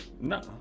No